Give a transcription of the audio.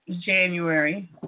January